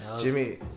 Jimmy